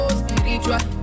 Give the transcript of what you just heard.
spiritual